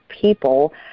people